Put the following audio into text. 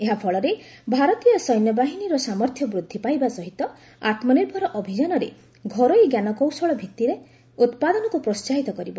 ଏହା ଫଳରେ ଭାରତୀୟ ସେନାବାହିନୀର ସାମର୍ଥ୍ୟ ବୃଦ୍ଧି ପାଇବା ସହିତ ଆତ୍ମନିର୍ଭର ଅଭିଯାନରେ ଘରୋଇ ଞ୍ଜାନକୌଶଳ ଭିଭିରେ ଉତ୍ପାଦନକୁ ପ୍ରୋସାହିତ କରିବ